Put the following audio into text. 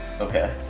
Okay